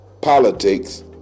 politics